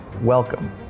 Welcome